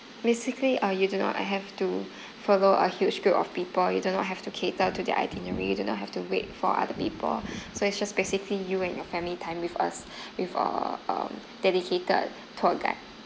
basically uh you do not have to follow a huge group of people you do not have to cater to their itinerary do not have to wait for other people so it's just basically you and your family time with us with a um dedicated tour guide